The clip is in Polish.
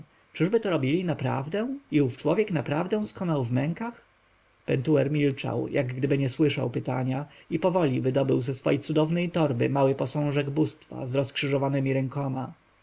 czyżby to robili naprawdę i ów człowiek naprawdę skonał w mękach pentuer milczał jakby nie słysząc pytania i powoli wydobył ze swej cudownej torby mały posążek bóstwa z rozkrzyżowanemi